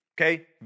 okay